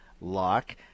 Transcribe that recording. lock